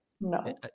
No